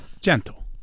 gentle